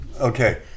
okay